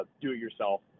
do-it-yourself